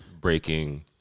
breaking